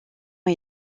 ont